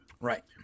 right